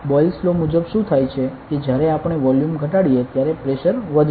Boyle's law મુજબ શુ થાય છે કે જ્યારે આપણે વોલ્યુમ ઘટાડીએ ત્યારે પ્રેશર વધશે